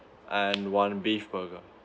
and one beef burger